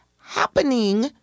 happening